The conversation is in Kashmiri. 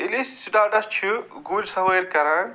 ییٚلہِ أسۍ سِٹاٹس چھِ گُرۍ سوٲرۍ کَران